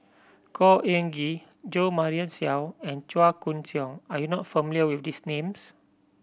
Khor Ean Ghee Jo Marion Seow and Chua Koon Siong are you not familiar with these names